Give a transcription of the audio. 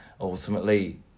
Ultimately